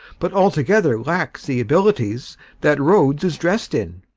but altogether lacks the abilities that rhodes is dress'd in.